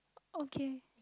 okay